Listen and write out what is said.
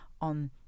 on